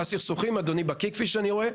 27 סכסוכים, אדוני בקיא כפי שאני רואה.